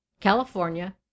California